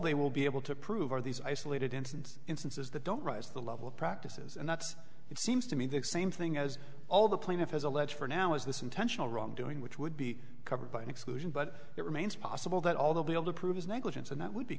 they will be able to prove are these isolated instances instances that don't rise to the level of practices and that's it seems to me the same thing as all the plaintiff has alleged for now is this intentional wrongdoing which would be covered by an exclusion but it remains possible that all they'll be able to prove his negligence and that would be